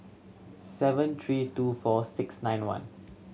seven three two four six nine one